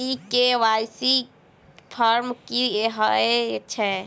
ई KYC form की हएत छै?